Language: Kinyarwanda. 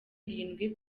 irindwi